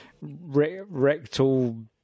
rectal